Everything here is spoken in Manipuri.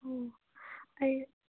ꯑꯣ ꯑꯩ